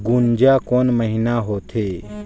गुनजा कोन महीना होथे?